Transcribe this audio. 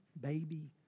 baby